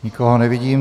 Nikoho nevidím.